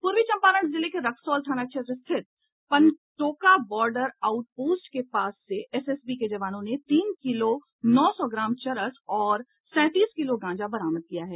पूर्वी चंपारण जिले के रक्सौल थाना क्षेत्र स्थित पनटोका बार्डर आउट पोस्ट के पास से एसएसबी के जवानों ने तीन किलो नौ सौ ग्राम चरस और सैंतीस किलो गांजा बरामद किया है